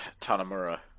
Tanamura